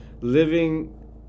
Living